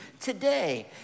today